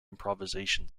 improvisation